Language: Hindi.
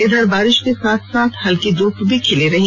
इधर बारिश के साथ साथ हल्का धूप भी खिली रही